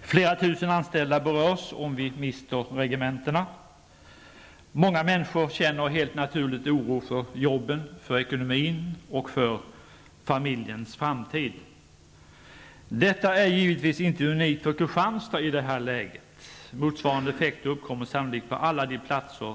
Flera tusen anställda berörs, om vi mister regementena. Många människor känner helt naturligt oro för jobben, för ekonomin och för familjens framtid. Detta är givetvis inte unikt för Kristianstad i det här läget. Motsvarande effekter uppkommer sannolikt på alla de platser